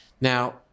Now